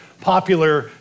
popular